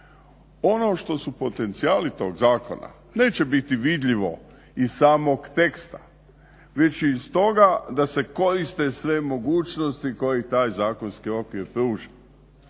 Ono što su potencijali tog zakona neće biti vidljivo iz samog teksta, već iz toga da se koriste sve mogućnosti koje taj zakonski okvir pruža.